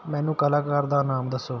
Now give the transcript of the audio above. ਮੈਨੂੰ ਕਲਾਕਾਰ ਦਾ ਨਾਮ ਦੱਸੋ